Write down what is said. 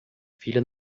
filha